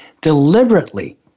deliberately